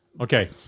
Okay